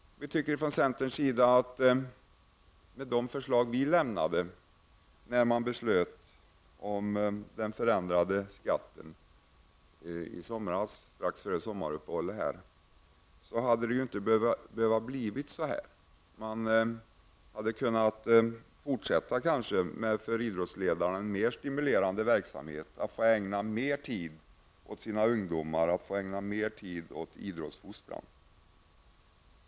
Vi anser i centern att med de förslag som vi förde fram i samband med förändringen av skatten strax före sommaruppehållet hade det inte behövt bli så här. Idrottsledarna hade då kunnat fortsätta med en mer stimulerande verksamhet, de hade kunnat ägna mer tid åt sina ungdomar och mer tid åt idrottsfostran.